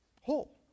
whole